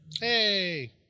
Hey